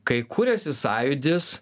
kai kūrėsi sąjūdis